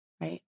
right